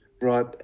Right